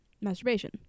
masturbation